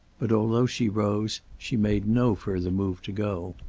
but although she rose she made no further move to go.